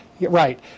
Right